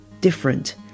Different